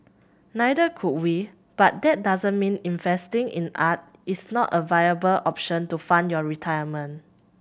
neither could we but that doesn't mean investing in art is not a viable option to fund your retirement